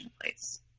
place